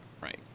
right